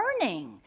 learning